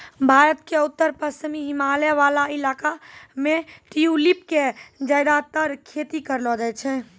भारत के उत्तर पश्चिमी हिमालय वाला इलाका मॅ ट्यूलिप के ज्यादातर खेती करलो जाय छै